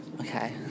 Okay